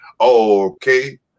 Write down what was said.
Okay